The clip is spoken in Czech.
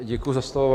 Děkuji za slovo.